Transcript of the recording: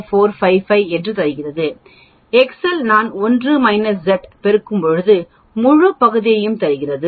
0455 தருகிறது எக்செல் நான் 1 மைனஸ் z பெருக்கும்போது முழு பகுதியையும் தருகிறது